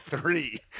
three